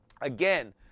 again